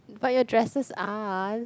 but your dresses aren't